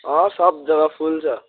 अँ सब जग्गा फुल छ